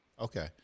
Okay